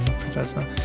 professor